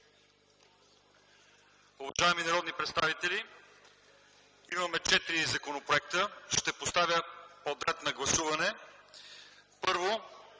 Уважаеми народни представители, има четири законопроекта, ще ги подложа подред на гласуване. Първо,